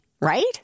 right